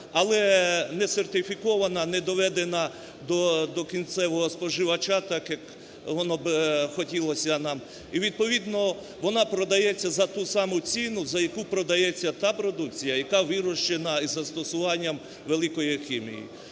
але не сертифікована, не доведена до кінцевого споживача так, як воно б хотілося нам. І відповідно вона продається за ту саму ціну, за яку продається та продукція, яка вирощена із застосуванням великої хімії.